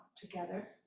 together